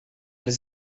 les